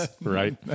Right